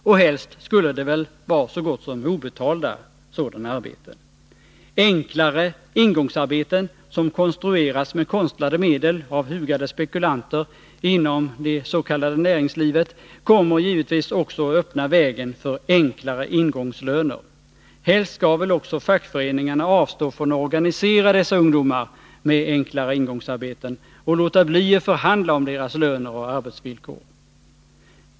Och helst skulle det väl vara så gott som obetalda arbeten. Enklare ingångsarbeten som konstrueras med konstlade medel av hugade spekulanter inom det s.k. näringslivet kommer givetvis också att öppna vägen för enklare ingångslöner. Helst skall väl också fackföreningarna avstå från att organisera dessa ungdomar med enklare ingångsarbeten och låta bli att förhandla om deras löner och arbetsvillkor.